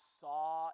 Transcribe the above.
saw